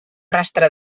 rastre